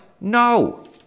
No